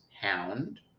hound